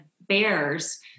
bears